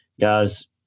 guys